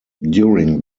during